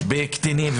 בקטינים,